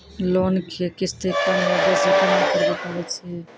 Loan के किस्ती कम या बेसी केना करबै पारे छियै?